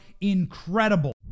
incredible